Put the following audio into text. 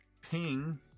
ping